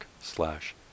slash